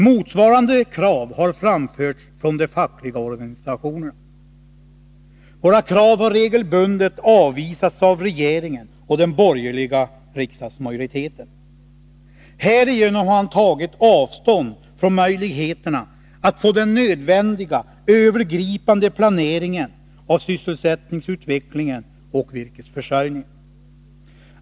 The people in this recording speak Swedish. Motsvarande krav har framförts från de fackliga organisationerna. Våra krav har regelbundet avvisats av regeringen och den borgerliga riksdagsmajoriteten. Härigenom har man tagit avstånd från möjligheterna att få den nödvändiga övergripande planeringen av sysselsättningsutvecklingen och virkesförsörjningen.